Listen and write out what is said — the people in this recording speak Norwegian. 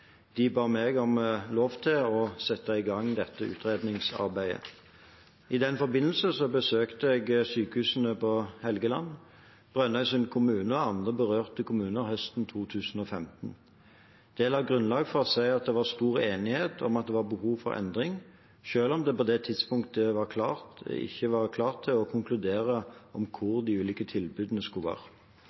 De ba meg om lov til å sette i gang dette utredningsarbeidet. I den forbindelse besøkte jeg sykehusene på Helgeland, Brønnøysund kommune og andre berørte kommuner høsten 2015. Det la grunnlaget for å se at det var stor enighet om at det var behov for endring, selv om en på det tidspunktet ikke var klar til å konkludere om hvor de ulike tilbudene skulle være.